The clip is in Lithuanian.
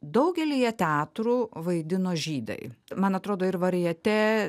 daugelyje teatrų vaidino žydai man atrodo ir varjetė